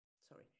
Sorry